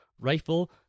rifle